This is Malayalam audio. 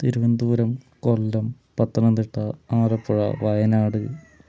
തിരുവനന്തപുരം കൊല്ലം പത്തനംത്തിട്ട ആലപ്പുഴ വയനാട്